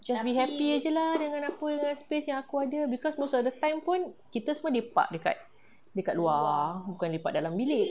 just be happy jer lah dengan apa dengan space yang aku ada because most of the time pun kita semua lepak dekat luar bukan lepak dalam bilik